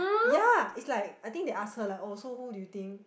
ya is like I think they ask her like oh so who do you think